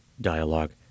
dialogue